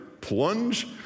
plunge